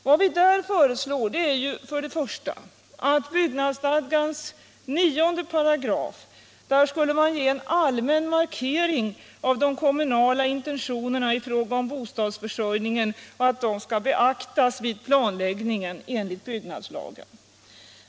Vi föreslår där för det första att byggnadsstadgans 95 skulle få en allmän markering av de kommunala intentionerna i fråga om bostadsförsörjningen och att dessa skall beaktas vid planläggningen enligt byggnadslagen.